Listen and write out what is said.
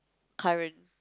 current